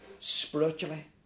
spiritually